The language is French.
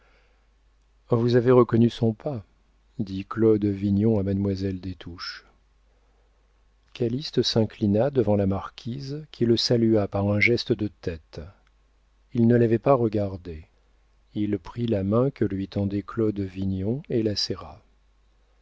vous avez reconnu son pas dit claude vignon à mademoiselle des touches calyste s'inclina devant la marquise qui le salua par un geste de tête il ne l'avait pas regardée il prit la main que lui tendait claude vignon et la serra